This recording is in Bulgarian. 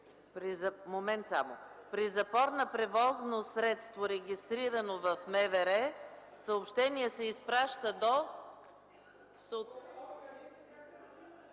е: „При запор на превозно средство, регистрирано в МВР, съобщение се изпраща до